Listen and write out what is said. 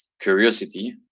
curiosity